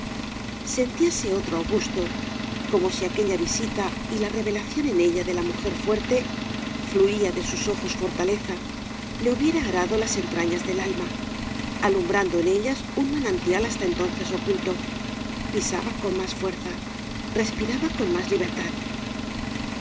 sentíase otro augusto y como si aquella visita y la revelación en ella de la mujer fuertefluía de sus ojos fortalezale hubiera arado las entrañas del alma alumbrando en ellas un manantial hasta entonces oculto pisaba con más fuerza respiraba con más libertad